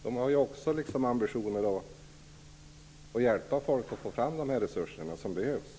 De har ambitionen att få fram de resurser som behövs för att hjälpa människor.